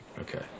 Okay